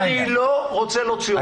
אני לא רוצה להוציא אותך.